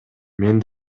мен